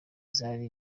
zari